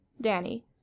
Danny